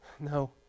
No